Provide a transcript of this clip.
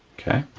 okay?